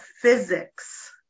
physics